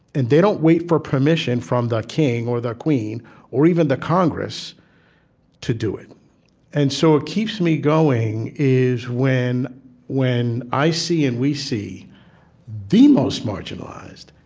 and they don't wait for permission from the king or the queen or even the congress to do it and so what keeps me going is when when i see and we see the most marginalized,